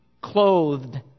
clothed